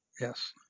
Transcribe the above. Yes